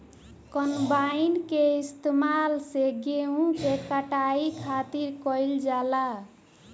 combine के इस्तेमाल से गेहूँ के कटाई खातिर कईल जाला